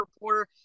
Reporter